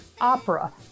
opera